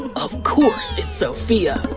of course, it's sophia.